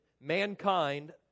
mankind